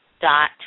Dot